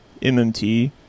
mmt